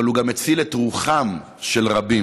אבל הוא גם הציל את רוחם של רבים,